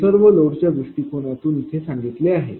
हे सर्व लोड च्या दृष्टिकोनातून आहे